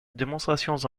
démonstrations